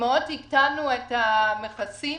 מאוד הקטנו את המכסים